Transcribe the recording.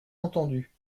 entendue